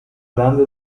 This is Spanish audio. grande